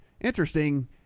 interesting